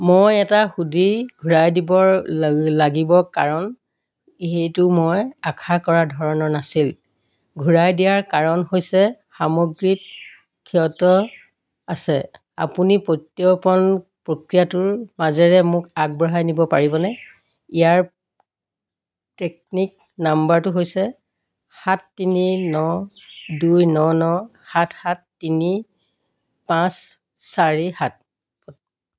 মই এটা হুডি ঘূৰাই দিবৰ লা লাগিব কাৰণ সেইটো মই আশা কৰা ধৰণৰ নাছিল ঘূৰাই দিয়াৰ কাৰণ হৈছে সামগ্ৰীত ক্ষত আছে আপুনি প্ৰত্যৰ্পণ প্ৰক্ৰিয়াটোৰ মাজেৰে মোক আগবঢ়াই নিব পাৰিবনে ইয়াৰ ট্ৰেকিং নম্বৰটো হৈছে সাত তিনি ন দুই ন ন সাত সাত তিনি পাঁচ চাৰি সাত